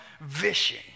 vision